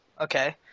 okay